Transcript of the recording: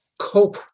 cope